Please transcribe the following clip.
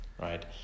right